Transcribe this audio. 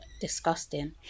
disgusting